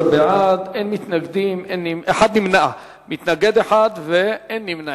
11 בעד, אחד נגד ואין נמנעים.